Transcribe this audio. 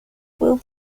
will